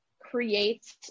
create